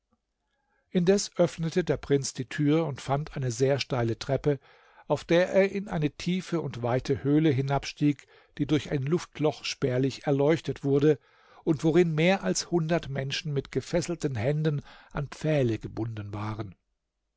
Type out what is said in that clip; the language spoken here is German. indes öffnete der prinz die tür und fand eine sehr steile treppe auf der er in eine tiefe und weite höhle hinabstieg die durch ein luftloch spärlich erleuchtet wurde und worin mehr als hundert menschen mit gefesselten händen an pfähle gebunden waren